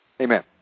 Amen